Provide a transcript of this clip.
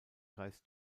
kreis